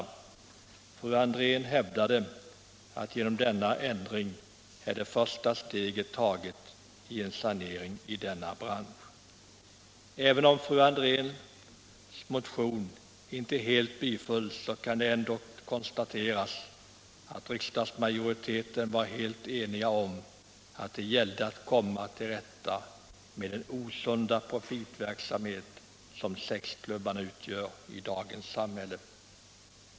Fru André hävdade att genom denna ändring är det första steget taget i en sanering av denna bransch. Även om fru Andrés motion inte helt bifölls, kan det ändock konstateras att riksdagsmajoriteten var helt enig om att det gäller att komma till rätta med den osunda profitverksamhet som sexklubbarna utgör i dagens samhälle.